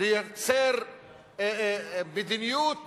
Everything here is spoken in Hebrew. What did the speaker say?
לייצר מדיניות